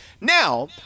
Now